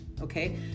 okay